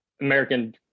American